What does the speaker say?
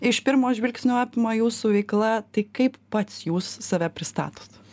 iš pirmo žvilgsnio apima jūsų veikla tai kaip pats jūs save pristatot